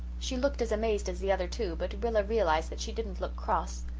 she looked as amazed as the other two, but rilla realized that she didn't look cross.